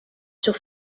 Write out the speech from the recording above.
sur